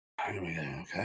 okay